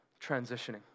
transitioning